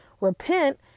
repent